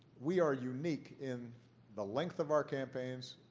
we are unique in the length of our campaigns,